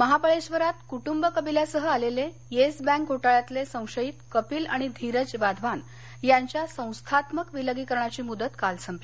महाबळेश्वरात कृटुंब कबिल्यासह आलेले येस बँक घोटाळ्यातले संशयित कपील आणि धीरज वाधवान यांच्या संस्थात्मक विलगीकरणाची मुदत काल संपली